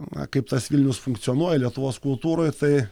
na kaip tas vilnius funkcionuoja lietuvos kultūroj tai